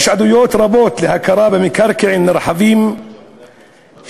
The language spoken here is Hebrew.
יש עדויות רבות להכרה במקרקעין נרחבים של